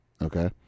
Okay